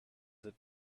that